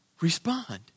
Respond